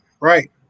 right